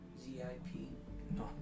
Z-I-P